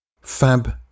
Fab